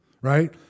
right